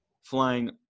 flying